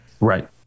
right